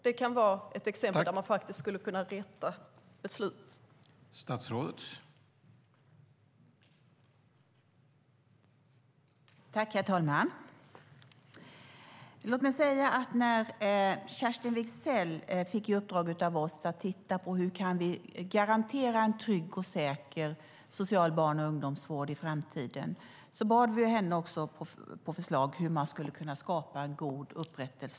Det kan vara ett exempel där man skulle kunna rätta till ett beslut.